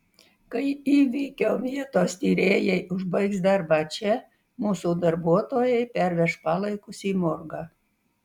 kai įvykio vietos tyrėjai užbaigs darbą čia mūsų darbuotojai perveš palaikus į morgą